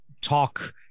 talk